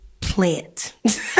plant